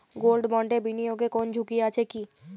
Gold বন্ডে বিনিয়োগে কোন ঝুঁকি আছে কি?